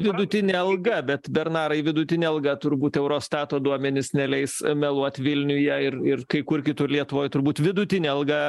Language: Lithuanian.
vidutinė alga bet bernarai vidutinė alga turbūt eurostato duomenys neleis meluot vilniuje ir ir kai kur kitur lietuvoj turbūt vidutinė alga